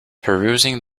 perusing